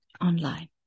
online